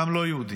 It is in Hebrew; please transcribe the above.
גם לא יהודים,